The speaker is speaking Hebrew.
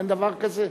אין דבר כזה.